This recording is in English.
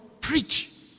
Preach